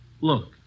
look